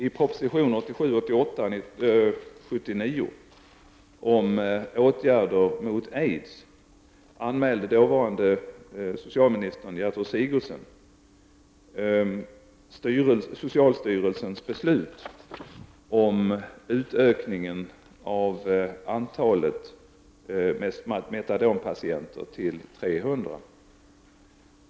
I prop. 1987/88:79 om åtgärder mot aids anmälde dåvarande socialministern Gertrud Sigurdsen socialstyrelsens beslut om utökningen av antalet metadonpatienter till 300.